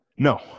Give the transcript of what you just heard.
No